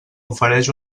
ofereix